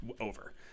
over